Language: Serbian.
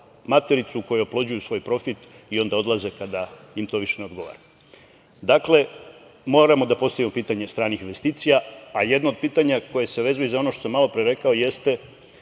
matericu koja oplođuju svoj profit i onda odlaze kada im to više ne odgovara. Dakle, moramo da postavimo pitanje stranih investicija, a jedno o pitanja koje se vezuje i za ono što sam malopre rekao, jeste